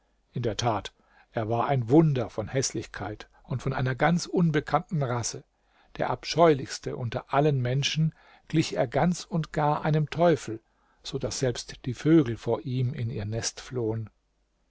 in der tat er war ein wunder von häßlichkeit und von einer ganz unbekannten rasse der abscheulichste unter allen menschen glich er ganz und gar einem teufel so daß selbst die vögel vor ihm in ihr nest flohen